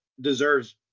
deserves